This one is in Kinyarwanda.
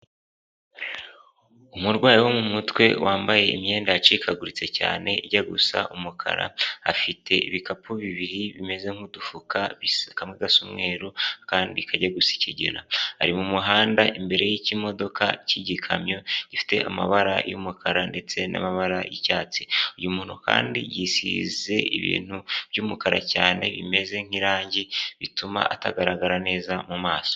Umurwayi wo mu mutwe wambaye imyenda yacikaguritse cyane ijya gusa umukara, afite ibikapu bibiri bimeze nk'udufuka kame gasa umweruru akandi kajya gusa ikigina, ari mu muhanda imbere y'ikimodoka cy'igikamyo gifite amabara y'umukara ndetse n'amabara y'icyatsi, uyu muntu kandi yisize ibintu by'umukara cyane bimeze nk'irangi bituma atagaragara neza mu maso.